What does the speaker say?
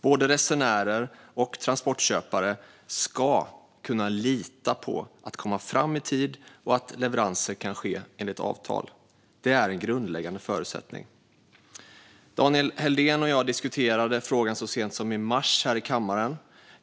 Både resenärer och transportköpare ska kunna lita på att komma fram i tid och att leveranser kan ske enligt avtal. Det är en grundläggande förutsättning. Daniel Helldén och jag diskuterade frågan så sent som i mars här i kammaren.